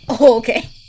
Okay